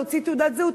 להוציא תעודת זהות,